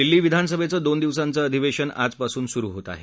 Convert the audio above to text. दिल्ली विधानसभेचं दोन दिवसांचं अधिवेशन आजपासून सुरु होत आहे